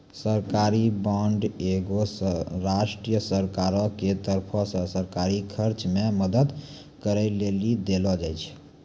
सरकारी बांड एगो राष्ट्रीय सरकारो के तरफो से सरकारी खर्च मे मदद करै लेली देलो जाय छै